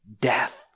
Death